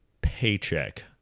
paycheck